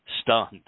stunned